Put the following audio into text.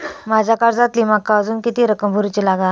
माझ्या कर्जातली माका अजून किती रक्कम भरुची लागात?